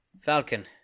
Falcon